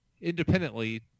independently